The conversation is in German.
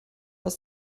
aus